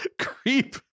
creep